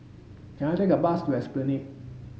can I take a bus to Esplanade